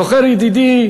זוכר, ידידי